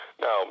now